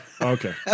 Okay